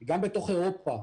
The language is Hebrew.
גם בתוך אירופה,